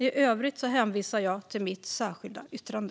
I övrigt hänvisar jag till mitt särskilda yttrande.